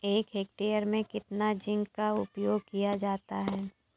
एक हेक्टेयर में कितना जिंक का उपयोग किया जाता है?